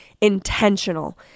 intentional